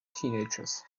teenagers